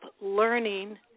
learning